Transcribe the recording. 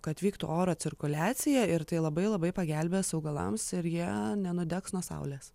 kad vyktų oro cirkuliacija ir tai labai labai pagelbės augalams ir jie nenudegs nuo saulės